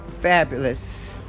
fabulous